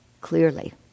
clearly